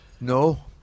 No